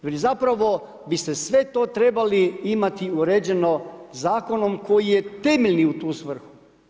Već zapravo biste sve to trebali imati uređeno zakonom koji je temeljni u tu svrhu.